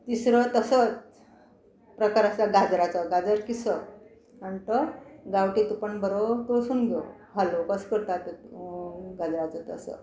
तिसरो तसोच प्रकार आसा गाजराचो गाजर किसप आनी तो गांवटी तुपान बरो तळसून घेवप हलवो कसो करतात गाजराचो तसो